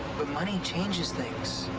but money changes things.